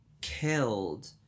killed